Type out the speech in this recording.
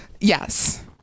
Yes